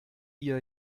ihr